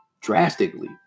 drastically